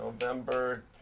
November